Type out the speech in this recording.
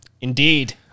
Indeed